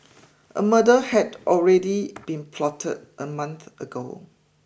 a murder had already been plotted a month ago